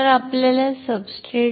तर आपल्याला सब्सट्रेट